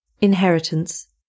Inheritance